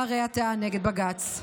והרי אתה נגד בג"ץ.